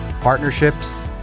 partnerships